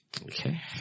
Okay